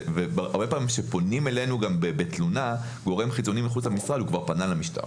הרבה פעמים אותו גורם חיצוני שפונה אלינו בתלונה כבר פנה למשטרה.